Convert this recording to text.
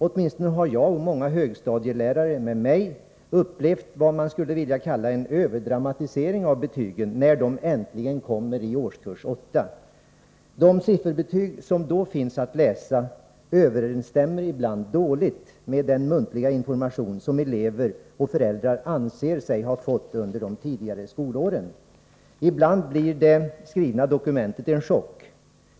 Åtminstone har jag och många högstadielärare med mig upplevt någonting som man skulle kunna kalla en överdramatisering av betygen när de äntligen kommer i årskurs 8. De sifferbetyg som då finns att läsa överensstämmer ibland dåligt med den muntliga information som elever och föräldrar anser sig ha fått under de tidigare skolåren. Ibland åstadkommer det skrivna dokumentet ett chock.